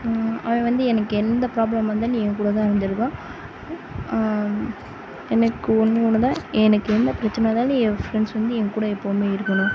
அவன் வந்து எனக்கு எந்த ப்ராப்ளம் வந்தாலும் நீ என் கூடதான் இருந்திருகான் எனக்கு ஒன்றே ஒன்று தான் எனக்கு எந்த பிரச்சின வந்தாலும் நீ ஃப்ரெண்ட்ஸ் வந்து என் கூட எப்போதுமே இருக்கணும்